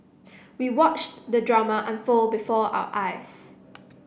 we watched the drama unfold before our eyes